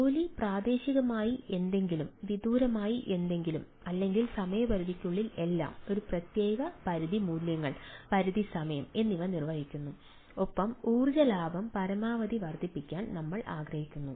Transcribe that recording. ജോലി പ്രാദേശികമായി എന്തെങ്കിലും വിദൂരമായി എന്തെങ്കിലും അല്ലെങ്കിൽ സമയപരിധിക്കുള്ളിൽ എല്ലാം ഒരു പ്രത്യേക പരിധി മൂല്യങ്ങൾ പരിധി സമയം എന്നിവ നിർവ്വഹിക്കുന്നു ഒപ്പം ഊർജ്ജ ലാഭം പരമാവധി വർദ്ധിപ്പിക്കാൻ നമ്മൾ ആഗ്രഹിക്കുന്നു